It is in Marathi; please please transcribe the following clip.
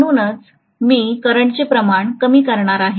म्हणूनच मी करंटचे प्रमाण कमी करणार आहे